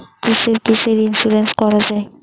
কিসের কিসের ইন্সুরেন্স করা যায়?